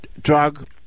drug